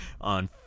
on